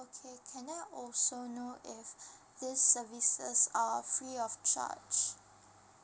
okay can I also know if this services are free of charge